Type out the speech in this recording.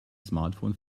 smartphone